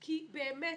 כי באמת,